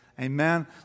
Amen